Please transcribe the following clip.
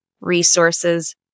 resources